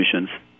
missions